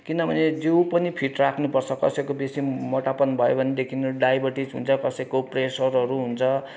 किनभने जिउ पनि फिट राख्नु पर्छ कसैको बेसी मोटापन भयो भनेदेखि डायबेटिज हुन्छ कसैको प्रेसरहरू हुन्छ